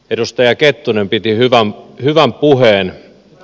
edustaja kettunen piti hyvän puheen